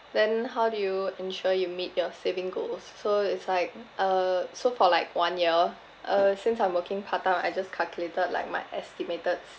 then how do you ensure you meet your saving goals so it's like uh so for like one year uh since I'm working part time uh I just calculated like my estimated